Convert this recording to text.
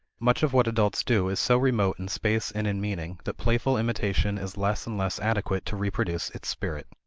much of what adults do is so remote in space and in meaning that playful imitation is less and less adequate to reproduce its spirit.